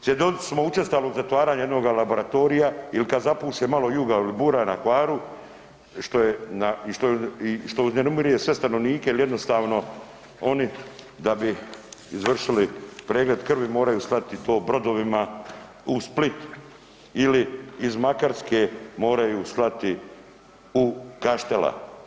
Svjedoci smo učestalog zatvaranja jednog laboratorija ili kada zapuše malo jugo i bura na Hvaru što uznemiruje sve stanovnike jer jednostavno oni da bi izvršili pregled krvi moraju slati to brodovima u Split ili iz Makarske moraju slati u Kaštela.